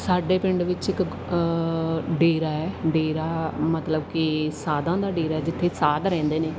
ਸਾਡੇ ਪਿੰਡ ਵਿੱਚ ਇੱਕ ਡੇਰਾ ਹੈ ਡੇਰਾ ਮਤਲਬ ਕਿ ਸਾਧਾਂ ਦਾ ਡੇਰਾ ਜਿੱਥੇ ਸਾਧ ਰਹਿੰਦੇ ਨੇ